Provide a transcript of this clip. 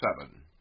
seven